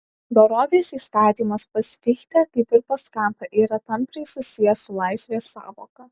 dorovės įstatymas pas fichtę kaip ir pas kantą yra tampriai susijęs su laisvės sąvoka